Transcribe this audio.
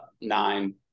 nine